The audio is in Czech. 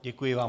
Děkuji vám.